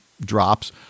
drops